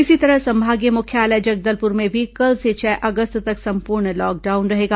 इसी तरह संभागीय मुख्यालय जगदलपुर में भी कल से छह अगस्त तक संपूर्ण लॉकडाउन रहेगा